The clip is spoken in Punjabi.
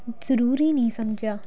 ਜ਼ਰੂਰੀ ਨਹੀਂ ਸਮਝਿਆ